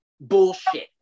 Bullshit